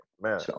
Man